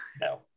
No